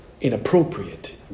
inappropriate